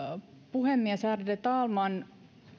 puhemies ärade talman